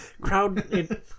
Crowd